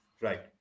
right